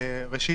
ראשית,